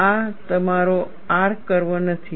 આ તમારો R curve નથી